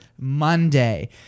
Monday